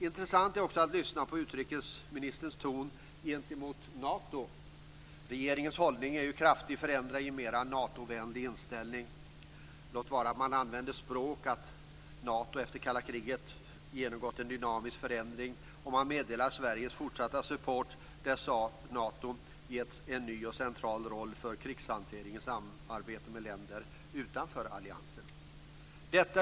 Intressant är också att lyssna på utrikesministerns ton när det gäller Nato. Regeringens hållning är ju kraftigt förändrad till en mera Natovänlig inställning. Låt vara att man använder språk som att Nato efter kalla kriget genomgått en dynamisk förändring, och man meddelar Sveriges fortsatta stöd då Nato getts en ny och central roll för krigshantering i samarbete med länder utanför alliansen.